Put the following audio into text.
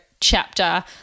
chapter